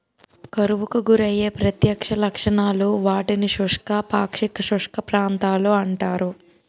కరువుకు గురయ్యే ప్రత్యక్ష లక్షణాలు, వాటిని శుష్క, పాక్షిక శుష్క ప్రాంతాలు అంటారు